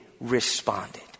responded